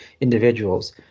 individuals